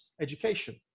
education